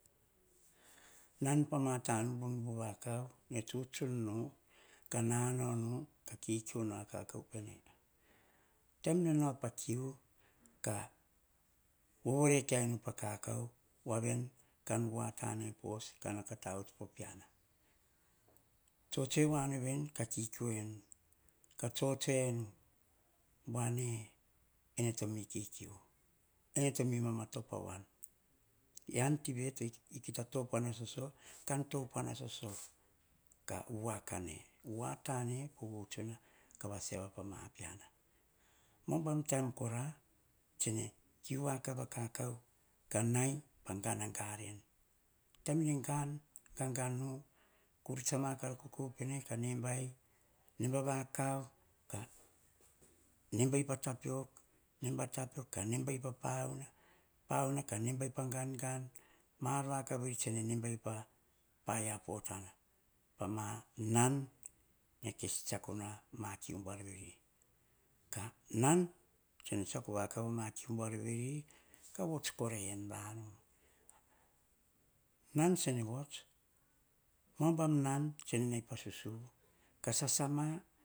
Nan pama ta nubunubu vakav ne tsutsun na kananao nu ka kikiunu a kakao pene. Taim nene nao pakiu ka vovore kia nu pa kakao waveni kan wa tane po os kanao ka tavuts ppo piana. Tsitsue wanu veni ka kikiu enu ka tsotsoenu boane enoto mi kikiu, enoto mi mama topo a wan vian tiva to kita topuana soso topuana soso ka wakane watane po wutsuna ka wasiava po po piana. Ma umbam taaim kora tsene kiu wakav a kakau kanai pa gana garen taim nene ganganu karuts a ma kara kokou pene ka nambai namba vakav ka, nembai pa tapiok nemba tapiok ka nemba pa pauna, pauna kamemba pa gangan ma ar vakav veri tsene kes tsiako nu a ma kiu boar veri kavots korai en vanu nan tsene vots maubam nan tsene na, pa susuvu ka sasama